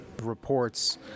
reports